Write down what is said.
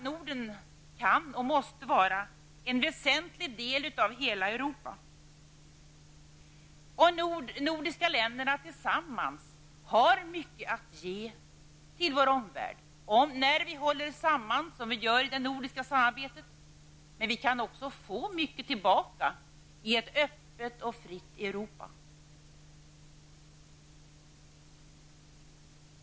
Norden kan och måste vara en väsentlig del av hela Europa. De nordiska länderna tillsammans har mycket att ge till vår omvärld när vi håller samman som vi gör i det nordiska samarbetet. Vi kan också få mycket tillbaka i ett öppet och fritt Europa.